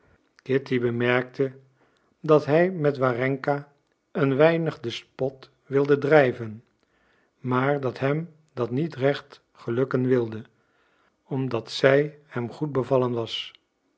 kitty bemerkte dat hij met warenka een weinig den spot wilde drijven maar dat hem dat niet recht gelukken wilde omdat zij hem goed bevallen was